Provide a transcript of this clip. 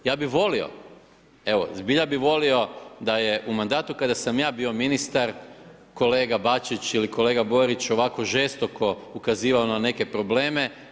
Ja bi volio, zbilja bi volio da je u mandatu kada sam ja bio ministar, kolega Bačić ili kolega Borić ovako žestoko ukazivao na neke probleme.